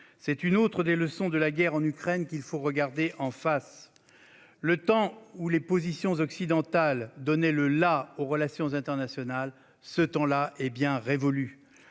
C'est une autre des leçons de la guerre en Ukraine qu'il nous faut regarder en face : le temps où les positions occidentales donnaient le aux relations internationales est révolu.